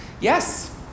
yes